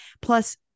Plus